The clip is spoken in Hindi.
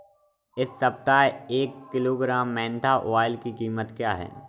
इस सप्ताह एक किलोग्राम मेन्था ऑइल की कीमत क्या है?